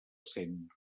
cent